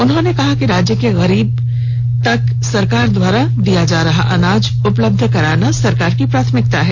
उन्होंने कहा कि राज्य के गरीब तक सरकार द्वारा दिया जा रहा अनाज उपलब्ध कराना सरकार की प्राथमिकता है